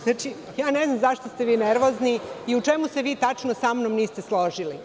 Znači, ne znam zašto ste vi nervozni i u čemu se vi tačno sa mnom niste složili.